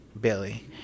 Billy